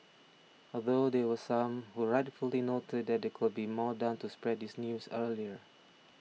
although there were some who rightfully noted that there could be more done to spread this news earlier